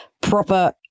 proper